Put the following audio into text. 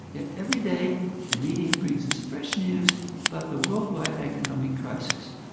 yet every day the media brings us fresh news about the worldwide economic crisis.